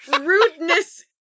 rudeness